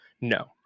no